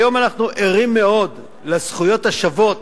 היום אנחנו ערים מאוד לזכויות השוות